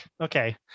Okay